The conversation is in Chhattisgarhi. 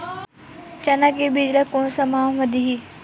चना के बीज ल कोन से माह म दीही?